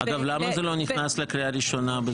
אגב, למה זה לא נכנס לקריאה ראשונה בזמנו?